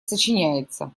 сочиняется